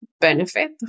benefit